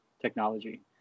technology